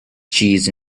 cheese